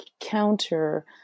counter